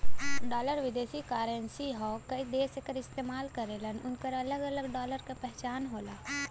dollar विदेशी currency हौ कई देश एकर इस्तेमाल करलन उनकर अलग अलग डॉलर क पहचान होला